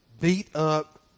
beat-up